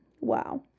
Wow